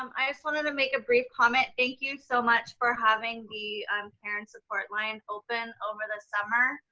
um i just wanted to make a brief comment. thank you so much for having the um parent support line open over the summer.